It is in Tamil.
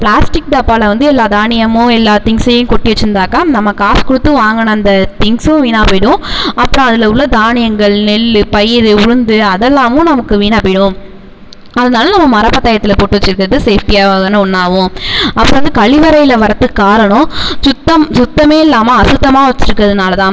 ப்ளாஸ்டிக் டப்பாவில வந்து எல்லா தானியமும் எல்லா திங்ஸையும் கொட்டி வச்சிருந்தாக்கா நம்ம காசு கொடுத்து வாங்கின அந்த திங்ஸும் வீணாகப் போய்டும் அப்புறம் அதில் உள்ள தானியங்கள் நெல் பயிறு உளுந்து அதெல்லாம் நமக்கு வீணாக போய்டும் அதனால நம்ம மரப்பத்தாயத்தில் போட்டு வச்சிருக்கறது சேஃப்ட்டியான ஒன்றாவும் அப்புறம் வந்து கழிவறைல வரத்துக்கு காரணம் சுத்தம் சுத்தமே இல்லாமல் அசுத்தமாக வச்சிருக்கறதனால தான்